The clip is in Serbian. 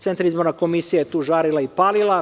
Centralna izborna komisija je tu žarila i palila.